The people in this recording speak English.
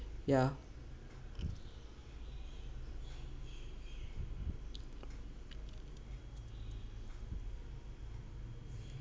ya